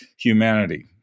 humanity